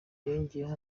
yongeyeho